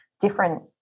different